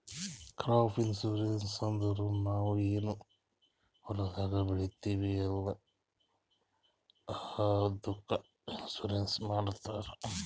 crop insurance ಅಂದುರ್ ನಾವ್ ಏನ್ ಹೊಲ್ದಾಗ್ ಬೆಳಿತೀವಿ ಅಲ್ಲಾ ಅದ್ದುಕ್ ಇನ್ಸೂರೆನ್ಸ್ ಮಾಡ್ತಾರ್